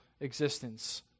existence